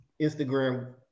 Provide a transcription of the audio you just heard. Instagram